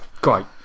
Great